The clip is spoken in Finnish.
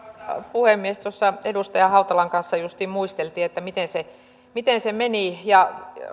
puhemies tuossa edustaja hautalan kanssa justiin muisteltiin miten se miten se meni ja